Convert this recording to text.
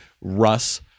Russ